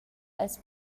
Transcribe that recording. als